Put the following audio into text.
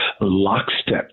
lockstep